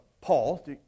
Paul